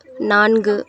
நான்கு